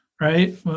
right